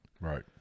right